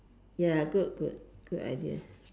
ya good good good idea